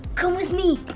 come with me.